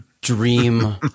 dream